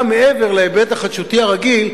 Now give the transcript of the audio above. גם מעבר להיבט החדשותי הרגיל,